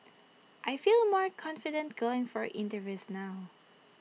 I feel more confident going for interviews now